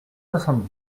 soixante